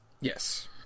Yes